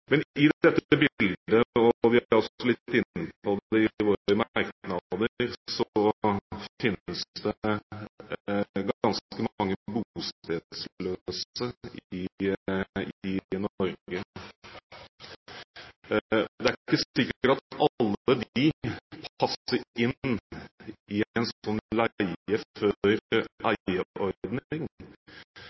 Men i dette bildet – vi er litt inne på det i våre merknader – ser vi at det er ganske mange bostedsløse i Norge. Det er ikke sikkert at alle disse passer inn i en